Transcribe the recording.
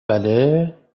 بله